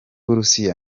burusiya